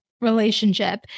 relationship